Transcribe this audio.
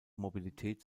mobilität